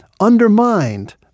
undermined